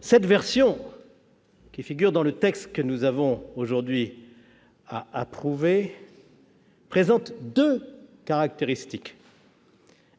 Cette version, qui figure dans le texte que nous avons à approuver, présente deux caractéristiques :